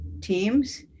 teams